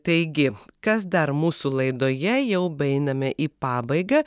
taigi kas dar mūsų laidoje jau beeiname į pabaigą